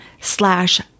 slash